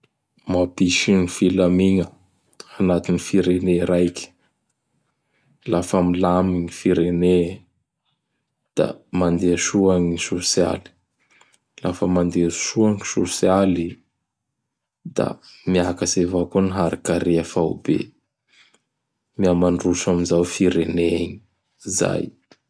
Mampisy gny filamigna, anatin' ny firenea raiky. Lafa milamy ny firenea; da mandeha soa gny sosialy. Laha fa mandeha soa gny sosialy; da miakatsy avao gny hari-karea faobe. Mihamandroso amizao i firenea igny. Izay!